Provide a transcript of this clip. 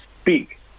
speak